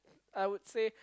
I would say